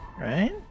right